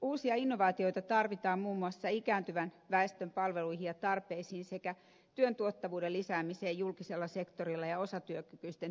uusia innovaatioita tarvitaan muun muassa ikääntyvän väestön palveluihin ja tarpeisiin sekä työn tuottavuuden lisäämiseen julkisella sektorilla ja osatyökykyisten työpaikoilla